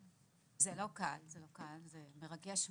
זה לא קל, זה מרגש מאוד,